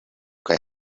kaj